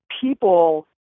people